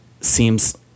seems